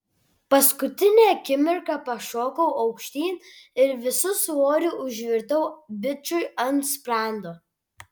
paskutinę akimirką pašokau aukštyn ir visu svoriu užvirtau bičui ant sprando